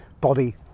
body